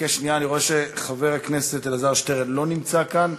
אני רואה שחבר הכנסת אלעזר שטרן לא נמצא כאן,